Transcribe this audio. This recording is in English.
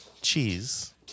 cheese